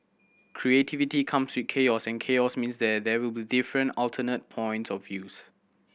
creativity come with chaos and chaos means there they will be different alternate points of views